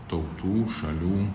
tautų šalių